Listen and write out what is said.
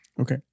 okay